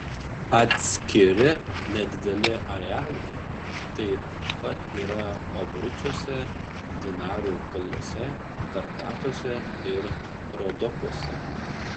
atskiri nedideli arealai taip pat yra abrucuose dinarų kalnuose karpatuose ir rodopuose